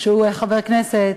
שהוא חבר כנסת,